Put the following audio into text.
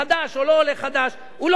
תלכו כולכם להירשם אצלו.